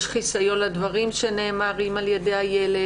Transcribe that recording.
יש חיסיון לדברים שנאמרים על ידי הילד.